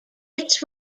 its